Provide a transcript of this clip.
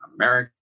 America